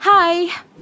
Hi